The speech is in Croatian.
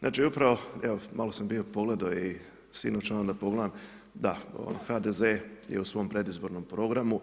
Znači, upravo, evo, malo sam bio pogledao i sinoć ono da pogledam, da HDZ je u svom predizbornom programu,